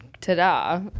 ta-da